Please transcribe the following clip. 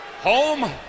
Home